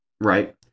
right